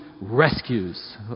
rescues